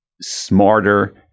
smarter